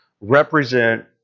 represent